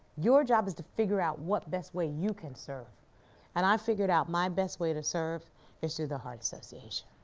your job is to figure out what best way you can serve and i figured out my best way to serve is through the heart association.